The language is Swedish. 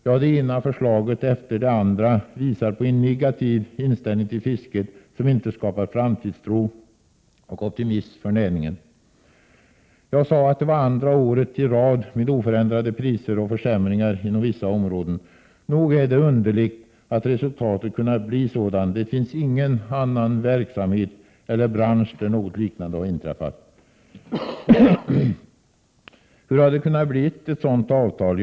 Ja, det ena förslaget efter det andra visar på en negativ inställning till fisket, som inte skapar framtidstro och optimism för näringen. Jag sade att det var andra året i rad med oförändrade priser och försämringar inom vissa områden. Nog är det underligt att resultatet kunnat bli sådant. Det finns ingen annan verksamhet eller bransch där något liknande har inträffat. Hur har det kunnat bli ett sådant avtal?